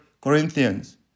Corinthians